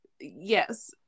yes